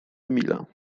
emila